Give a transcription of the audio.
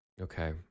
Okay